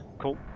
Cool